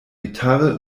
gitarre